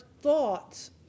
thoughts